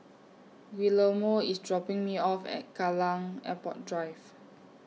Guillermo IS dropping Me off At Kallang Airport Drive